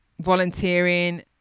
volunteering